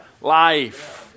life